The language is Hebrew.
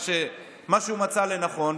את מה שהוא מצא לנכון,